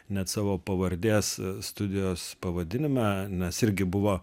net savo pavardės studijos pavadinime nes irgi buvo